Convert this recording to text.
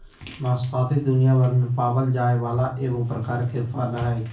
नाशपाती दुनियाभर में पावल जाये वाला एगो प्रकार के फल हइ